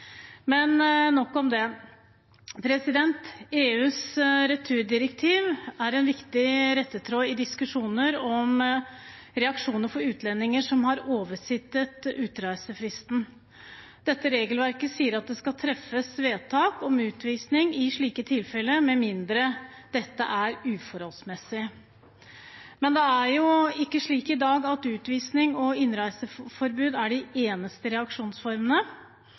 Men nok om det. EUs returdirektiv er en viktig rettetråd i diskusjoner om reaksjoner overfor utlendinger som har oversittet utreisefristen. Dette regelverket sier at det skal treffes vedtak om utvisning i slike tilfeller, med mindre dette er uforholdsmessig. Men det er jo ikke slik i dag at utvisning og innreiseforbud er de eneste reaksjonsformene.